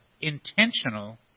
intentional